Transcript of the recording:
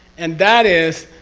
and that is.